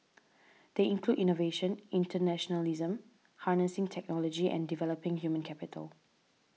they include innovation internationalism harnessing technology and developing human capital